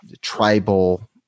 tribal